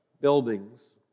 buildings